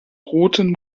roten